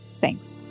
Thanks